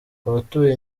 abatuye